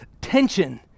tension